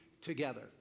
together